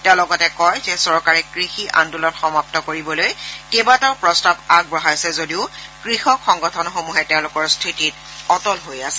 তেওঁ লগতে কয় যে চৰকাৰে কৃষি আন্দোলন সমাপু কৰিবলৈ কেইবাটাও প্ৰস্তাৱ আগবঢ়াইছে যদিও কৃষক সংগঠনসমূহে তেওঁলোকৰ স্থিতিত অটল হৈ আছে